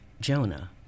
Jonah